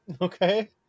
okay